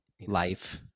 life